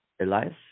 Elias